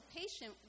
patient